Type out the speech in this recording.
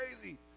crazy